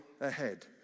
ahead